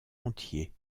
entier